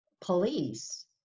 police